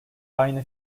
aynı